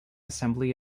assembly